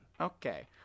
Okay